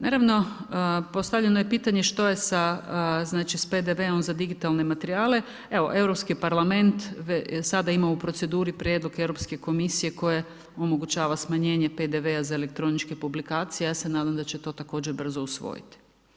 Naravno, postavljeno je pitanje što je sa znači PDV-om za digitalne materijale, evo Europski parlament sada ima u proceduri prijedlog Europske komisija koja omogućava smanjenje PDV-a za elektroničke publikacije, ja se nadam da će to također brzo usvojiti.